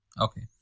Okay